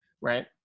right